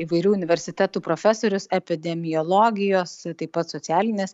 įvairių universitetų profesorius epidemiologijos taip pat socialinės